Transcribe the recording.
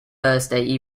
thursday